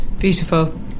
Beautiful